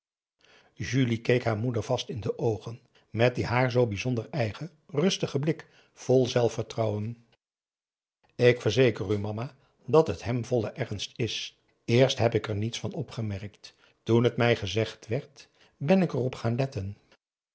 julie keek haar moeder vast in de oogen met dien haar zoo bijzonder eigen rustigen blik vol zelfvertrouwen ik verzeker u mama dat het hem volle ernst is eerst heb ik er niets van opgemerkt toen t mij gezegd werd ben ik er op gaan letten